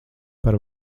par